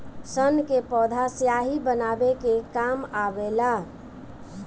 सन के पौधा स्याही बनावे के काम आवेला